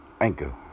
Anchor